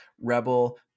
rebel